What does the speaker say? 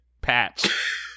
patch